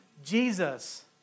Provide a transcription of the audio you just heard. Jesus